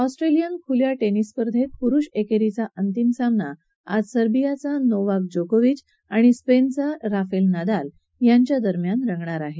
Australian खुल्या tennis स्पर्धेत प्रुष एकेरीचा अतिम सामना आज सर्बियाचा नोवाक जोकोविच आणि स्पेनच्या राफेल नडाल यांच्यात रंगणार आहे